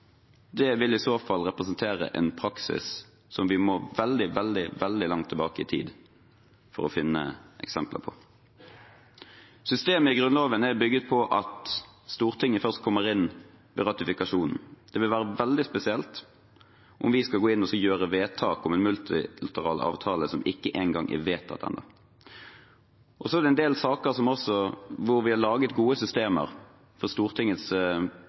Det vil i så fall representere en praksis som vi må veldig langt tilbake i tid for å finne eksempler på. Systemet i Grunnloven er bygget på at Stortinget først kommer inn ved ratifikasjonen. Det vil være veldig spesielt om vi skal gå inn og gjøre vedtak om en multilateral avtale som ikke engang er vedtatt. For en del saker er det